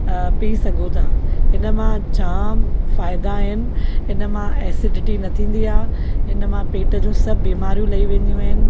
P सघो था इन मां जाम फ़ाइदा आहिनि इन मां ऐसिडिटी न थींदी आहे इन मां पेट जूं सभु बिमारियूं लही वेंदियूं आहिनि